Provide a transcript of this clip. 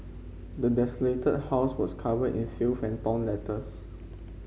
the desolated house was covered in filth and torn letters